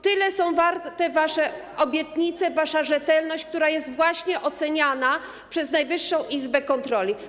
Tyle są warte wasze obietnice, tyle jest warta wasza rzetelność, która jest właśnie oceniana przez Najwyższa Izbę Kontroli.